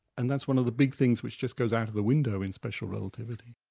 and that's one of the big things which just goes out of the window in special relativity.